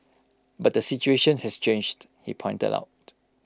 but the situation has changed he pointed out